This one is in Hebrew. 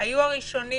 היו הראשונים